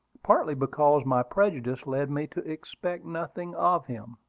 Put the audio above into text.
partly because my prejudice led me to expect nothing of him.